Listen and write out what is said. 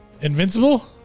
Invincible